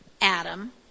Adam